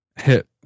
hit